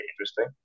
interesting